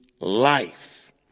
life